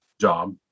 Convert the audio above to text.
job